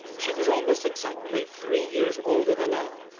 she was almost exactly three years older than i.